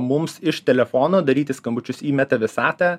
mums iš telefono daryti skambučius į meta visatą